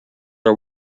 are